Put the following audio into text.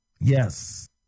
Yes